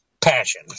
passion